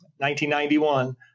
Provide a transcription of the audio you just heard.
1991